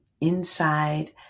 inside